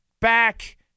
back